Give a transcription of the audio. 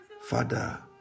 Father